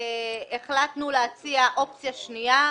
החלטנו להציע אופציה שנייה,